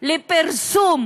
לפרסום